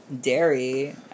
Dairy